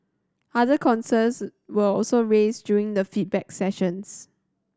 other concerns were also raised during the feedback sessions